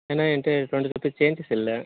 ஏன்னா என்கிட்ட twenty rupees changes இல்லை